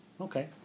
Okay